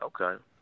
Okay